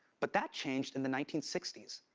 but that changed in the nineteen sixty s.